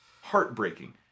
Heartbreaking